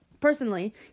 personally